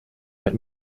mit